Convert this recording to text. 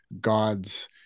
God's